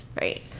right